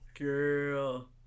Girl